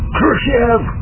Khrushchev